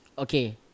Okay